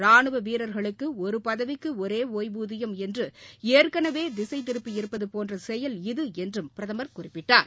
ராணுவ வீரர்களுக்கு ஒரு பதவிக்கு ஒரே ஒய்வூதியம் என்று ஏற்கனவே திசைத்திருப்பியது போன்ற செயல் இது என்றும் பிரதமர் குறிப்பிட்டார்